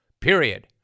period